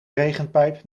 regenpijp